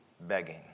begging